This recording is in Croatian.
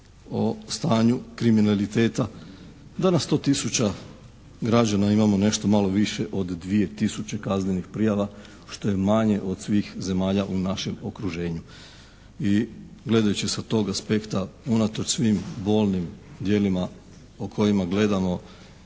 o stanju kriminaliteta da na 100 tisuća građana imamo nešto malo više od 2 tisuće kaznenih prijava što je manje od svih zemalja u našem okruženju. I gledajući sa tog aspekta, unatoč svim bolnim djelima o kojima gledamo